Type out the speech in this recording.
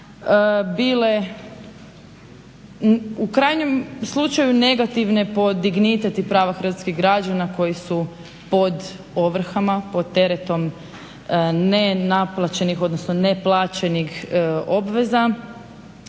bile u krajnjem slučaju negativne po dignitet i prava hrvatskih građana koji su pod ovrhama, pod teretom nenaplaćenih odnosno